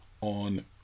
on